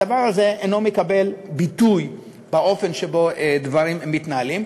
הדבר הזה אינו מקבל ביטוי באופן שבו דברים מתנהלים.